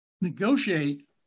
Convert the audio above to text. negotiate